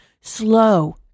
slow